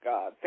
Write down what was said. God